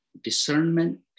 discernment